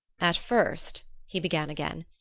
at first, he began again,